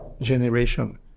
generation